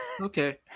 Okay